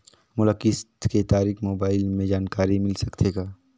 मोला किस्त के तारिक मोबाइल मे जानकारी मिल सकथे का?